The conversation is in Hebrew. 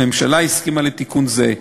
הממשלה הסכימה לתיקון זה.